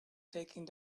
taking